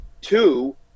two